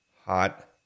Hot